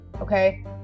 okay